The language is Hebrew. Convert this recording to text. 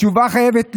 התשובה חייבת להיות: